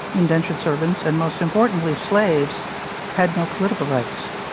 indentured servants, and most importantly slaves had no political rights.